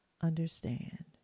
understand